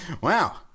Wow